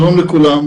שלום לכולם.